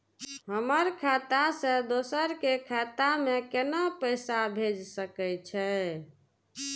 हमर खाता से दोसर के खाता में केना पैसा भेज सके छे?